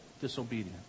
disobedience